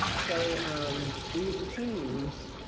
so um these teams